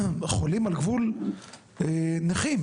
חולים על גבול נכים,